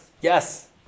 Yes